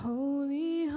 Holy